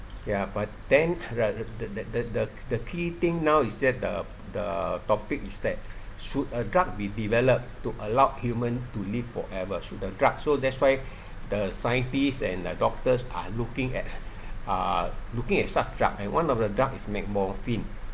ya but then the the the the the the key thing now is that the the topic is that should a drug be developed to allow human to live forever through the drug so that's why the scientists and doctors are looking at uh looking at such drug and one of the drug is metformin